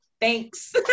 thanks